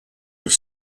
have